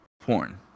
porn